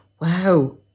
wow